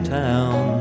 town